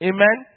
Amen